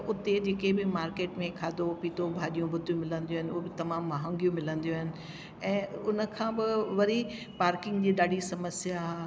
त उते जेके बि मार्केट में खाधो पीतो भाॼियूं भुतियूं मिलंदियूं आहिनि उअ बि तमामु महांगियूं मिलंदियूं आहिनि ऐं उनखां पोइ वरी पार्किंग जी ॾाढी समस्या आहे